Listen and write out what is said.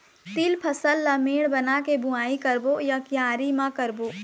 तील फसल ला मेड़ बना के बुआई करबो या क्यारी म करबो?